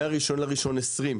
מה-1 בינואר 2020,